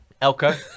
Elko